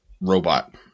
robot